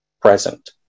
present